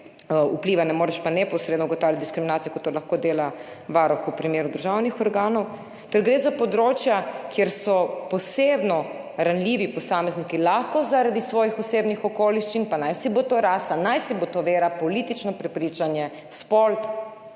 vpliva, ne moreš pa neposredno ugotavljati diskriminacije, kot to lahko dela Varuh v primeru državnih organov. Torej, gre za področja, kjer so posebno ranljivi posamezniki lahko zaradi svojih osebnih okoliščin, pa najsibo to rasa, najsibo to vera, politično prepričanje, spol,